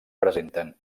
presenten